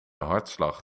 hartslag